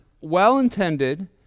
well-intended